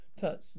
Touch